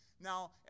Now